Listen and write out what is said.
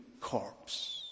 corpse